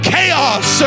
chaos